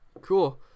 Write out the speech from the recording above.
Cool